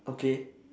okay